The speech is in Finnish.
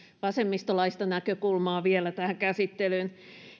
vasemmistolaista näkökulmaa tähän käsittelyyn